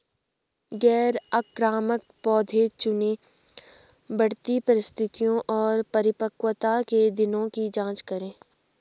गैर आक्रामक पौधे चुनें, बढ़ती परिस्थितियों और परिपक्वता के दिनों की जाँच करें